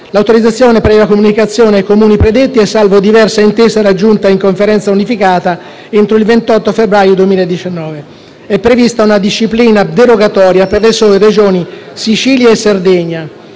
l'autorizzazione, previa comunicazione ai Comuni predetti e salvo diversa intesa raggiunta in Conferenza unificata entro il 28 febbraio 2019. È prevista una disciplina derogatoria per le sole Regioni Sicilia e Sardegna.